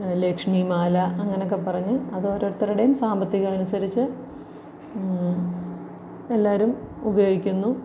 ലക്ഷ്മിമാല അങ്ങനെയൊക്കെ പറഞ്ഞ് അത് ഒരോരുത്തരുടേയും സാമ്പത്തികം അനുസരിച്ച് എല്ലാവരും ഉപയോഗിക്കുന്നു